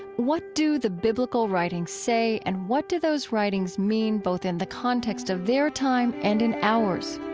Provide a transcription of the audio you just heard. what do the biblical writings say and what do those writings mean both in the context of their time and in ours?